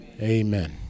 amen